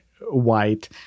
white